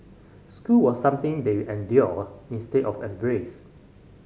school was something they endured instead of embraced